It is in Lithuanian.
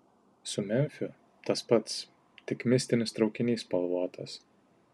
su memfiu tas pats tik mistinis traukinys spalvotas